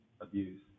abuse